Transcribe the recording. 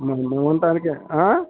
ఆ ఉండటానికి ఆ